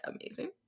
amazing